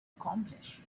accomplish